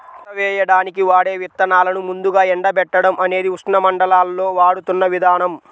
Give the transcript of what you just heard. పంట వేయడానికి వాడే విత్తనాలను ముందుగా ఎండబెట్టడం అనేది ఉష్ణమండలాల్లో వాడుతున్న విధానం